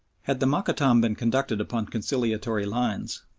had the mokattam been conducted upon conciliatory lines,